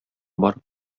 барып